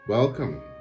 Welcome